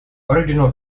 original